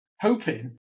hoping